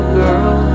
girl